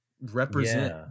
represent